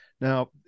Now